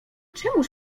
czemuż